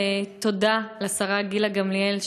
תודה לשרה גילה גמליאל,